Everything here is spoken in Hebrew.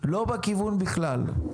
לא בכיוון בכלל.